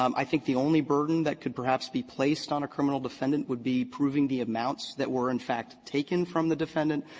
um i think the only burden that could, perhaps, be placed on a criminal defendant would be proving the amounts that were, in fact, taken from the defendant,